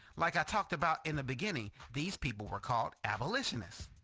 like i talked about in the beginning these people were called abolitionists.